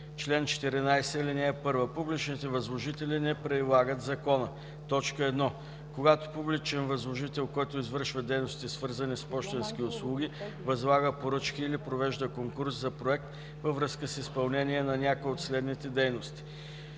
Чл. 14. (1) Публичните възложители не прилагат закона: 1. когато публичен възложител, който извършва дейности, свързани с пощенски услуги, възлага поръчки или провежда конкурс за проект във връзка с изпълнение на някоя от следните дейности: